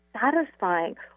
satisfying